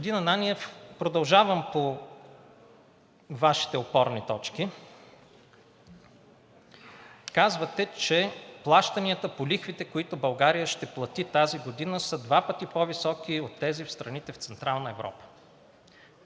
продължавам по Вашите опорни точки. Казвате, че плащанията по лихвите, които България ще плати тази година, са два пъти по-високи от тези в страните в Централна Европа.